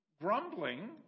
grumbling